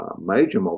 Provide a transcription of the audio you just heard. major